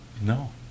No